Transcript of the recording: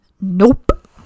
Nope